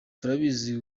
turabizi